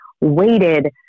weighted